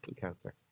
cancer